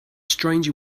stranger